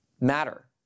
matter